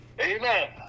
Amen